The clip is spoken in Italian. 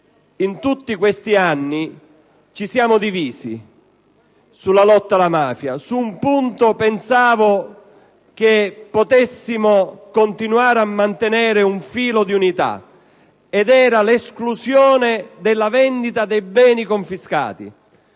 In tutti questi anni, ci siamo divisi sulla lotta alla mafia; su un punto, però, pensavo che potessimo continuare a mantenere un filo di unità, ed era l'esclusione della vendita dei beni confiscati.